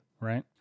right